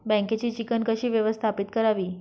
बँकेची चिकण कशी व्यवस्थापित करावी?